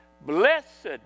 Blessed